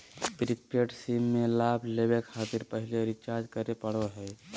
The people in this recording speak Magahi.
प्रीपेड सिम में लाभ लेबे खातिर पहले रिचार्ज करे पड़ो हइ